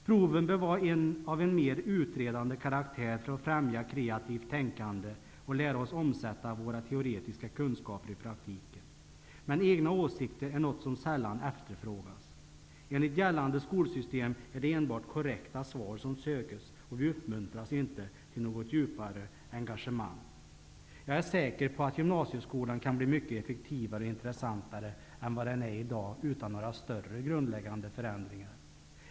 Proven bör vara av en mer utredande kraktär för att främja kreativt tänkande och lära oss omsätta våra teoretiska kunskaper i praktiken. Men egna åsikter är något som sällan efterfrågas. Enligt gällande skolsystem är det enbart korrekta svar som söks, och vi uppmuntras inte till något djupare engagemang. Jag är säker på att gymnasieskolan kan bli mycket effektivare och intressantare än vad den är i dag utan några större grundläggande förändringar.